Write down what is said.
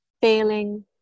failing